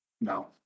no